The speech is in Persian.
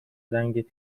رنگت